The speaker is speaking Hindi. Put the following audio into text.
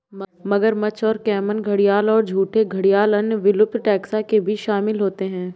मगरमच्छ और कैमन घड़ियाल और झूठे घड़ियाल अन्य विलुप्त टैक्सा के बीच शामिल होते हैं